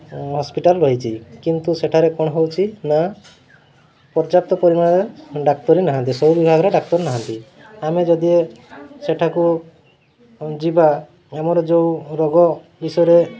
hospital ରହିଛି କିନ୍ତୁ ସେଠାରେ କ'ଣ ହେଉଛି ନା ପର୍ଯ୍ୟାପ୍ତ ପରିମାଣରେ ଡାକ୍ତର ନାହାନ୍ତି ସବୁ ବିଭାଗରେ ଡାକ୍ତର ନାହାନ୍ତି ଆମେ ଯଦି ସେଠାକୁ ଯିବା ଆମର ଯେଉଁ ରୋଗ ବିଷୟରେ